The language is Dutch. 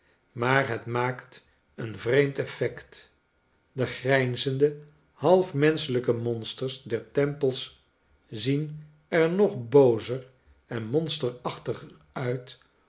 maar het maakt een vreemd effect de grijnzende half menschelijke monsters der tempeis zien er nog boozer en monsterachtiger uit